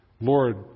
Lord